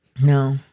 No